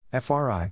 FRI